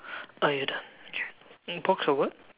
are you done okay uh box of what